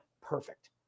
perfect